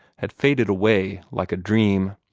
had faded away like a dream.